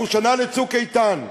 אנחנו שנה ל"צוק איתן".